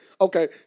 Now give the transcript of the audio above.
Okay